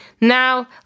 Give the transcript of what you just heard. Now